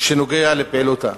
שנוגע לפעילותה.